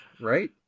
Right